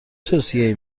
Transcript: توصیه